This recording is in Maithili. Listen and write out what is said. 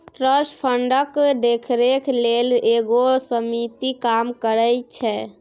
ट्रस्ट फंडक देखरेख लेल एगो समिति काम करइ छै